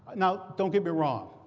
now, don't get me wrong.